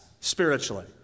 spiritually